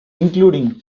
including